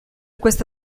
questo